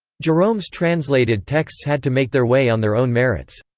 jerome's translated texts had to make their way on their own merits.